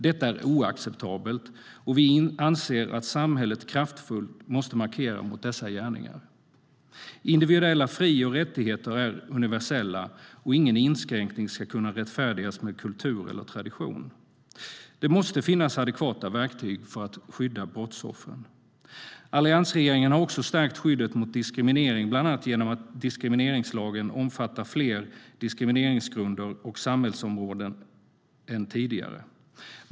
Detta är oacceptabelt. Vi anser att samhället kraftfullt måste markera mot dessa gärningar. Individuella fri och rättigheter är universella, och ingen inskränkning ska kunna rättfärdigas med kultur eller tradition. Det måste finnas adekvata verktyg för att skydda brottsoffren. Alliansregeringen har också stärkt skyddet mot diskriminering bland annat genom att diskrimineringslagen omfattar fler diskrimineringsgrunder och samhällsområden än tidigare.